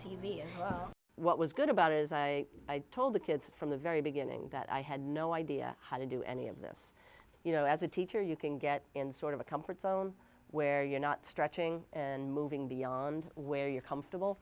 and what was good about it as i told the kids from the very beginning that i had no idea how to do any of this you know as a teacher you can get in sort of a comfort zone where you're not stretching and moving beyond where you're